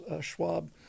Schwab